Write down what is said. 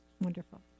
Wonderful